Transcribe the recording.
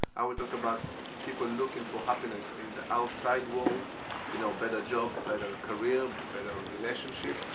i would talk about people looking for happiness in the outside world you know better job, better career, better relationships,